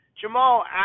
Jamal